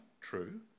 true